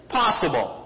possible